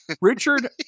Richard